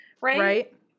right